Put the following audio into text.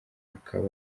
bakaba